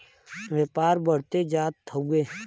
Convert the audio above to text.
व्यापार बढ़ते जात हउवे